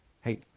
Hey